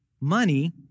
money